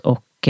Och